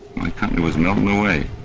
my company was melting away,